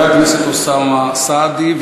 הכנסת אוסאמה סעדי,